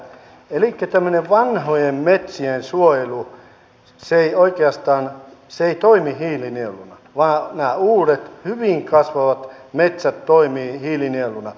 elikkä tämmöinen vanhojen metsien suojelu ei oikeastaan toimi hiilinieluna vaan nämä uudet hyvin kasvavat metsät toimivat hiilinieluna